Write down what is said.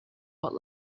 what